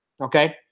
okay